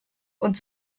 und